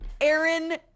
aaron